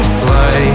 fly